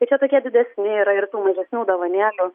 tai čia tokie didesni yra ir tų mažesnių dovanėlių